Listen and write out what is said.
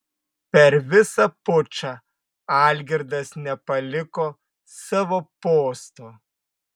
per visą pučą algirdas nepaliko savo posto